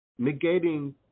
negating